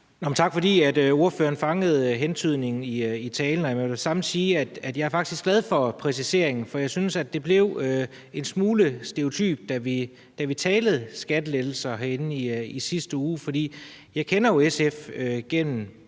Tak for, at ordføreren fangede hentydningen i talen. Jeg vil med det samme sige, at jeg faktisk er glad for præciseringen, for jeg synes, det blev en smule stereotypt, da vi talte skattelettelser herinde i sidste uge. For jeg kender jo SF gennem